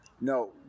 No